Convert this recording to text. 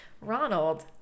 Ronald